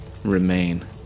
remain